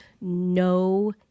No